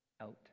out